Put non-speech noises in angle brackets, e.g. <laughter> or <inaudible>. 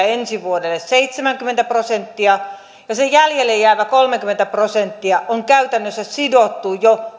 <unintelligible> ensi vuodelle seitsemänkymmentä prosenttia ja se jäljelle jäävä kolmekymmentä prosenttia on käytännössä sidottu jo